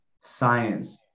science